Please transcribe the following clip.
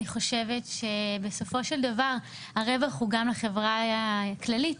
אני חושבת שבסופו של דבר הרווח הוא גם לחברה הכללית,